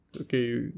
okay